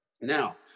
Now